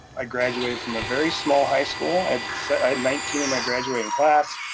i graduated from a very small high school. i had nineteen in my graduating class.